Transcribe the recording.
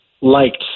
liked